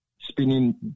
spinning